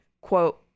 quote